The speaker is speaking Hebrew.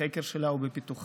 בחקר שלה ובפיתוחה,